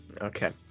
Okay